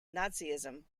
nazism